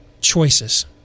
choices